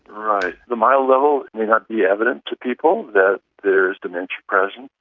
right. the mild level may not be evident to people that there is dementia present,